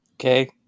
Okay